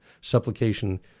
supplication